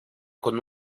con